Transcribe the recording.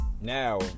Now